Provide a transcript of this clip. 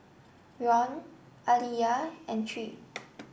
Ron Aliyah and Tre